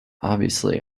obviously